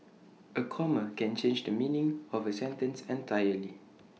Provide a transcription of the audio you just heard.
A comma can change the meaning of A sentence entirely